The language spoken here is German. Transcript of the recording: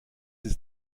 ist